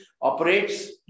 operates